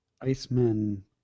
Iceman